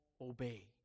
Obey